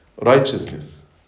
righteousness